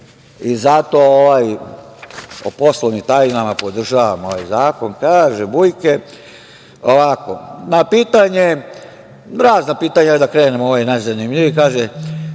ovaj o poslovnim tajnama podržavam zakon,